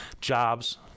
jobs